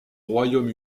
royaume